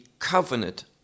Covenant